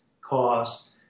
cost